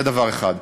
זה דבר אחד.